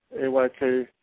AYK